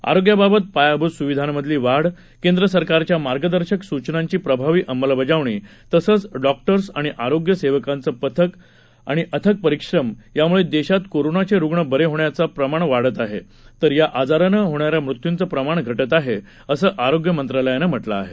आरोग्याबाबत पायाभूत सुविधांमधली वाढ केंद्रसरकारच्या मार्गदर्शक सूचनांची प्रभावी अंमलबजावणी तसंच डॉक्टर्स आणि आरोग्य सेवकांचे अथक परिश्रम यामुळे देशात कोरोनाचे रुग्ण बरे होण्याचं प्रमाण वाढत आहे तर या आजारानं होणाऱ्या मृत्यूचं प्रमाण घटत आहे असं आरोग्य मंत्रालयानं म्हटलं आहे